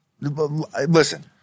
listen